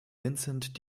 vincent